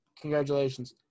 Congratulations